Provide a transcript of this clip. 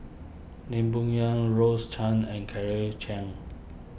Lim Bo Yam Rose Chan and Claire Chiang